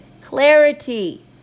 Clarity